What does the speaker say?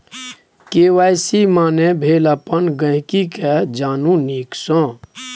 KYC माने भेल अपन गांहिकी केँ जानु नीक सँ